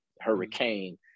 Hurricane